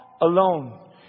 alone